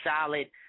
solid